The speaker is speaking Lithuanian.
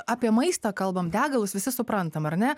apie maistą kalbam degalus visi suprantam ar ne